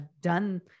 done